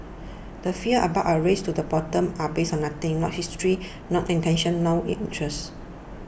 the fears about a race to the bottom are based on nothing not history not intention nor interest